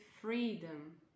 freedom